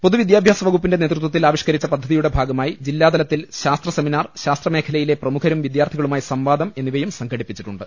പൊതുവിദ്യാഭ്യാസ വകുപ്പിന്റെ നേതൃത്വത്തിൽ ആവിഷ്കരിച്ച പദ്ധതിയുടെ ഭാഗമായി ജില്ലാതലത്തിൽ ശാസ്ത്ര സെമിനാർ ശാസ്ത്രമേഖലയിലെ പ്രമുഖരും വിദ്യാർത്ഥികളുമായി സംവാദം എന്നിവയും സംഘടിപ്പിച്ചിട്ടുണ്ട്